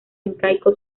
incaico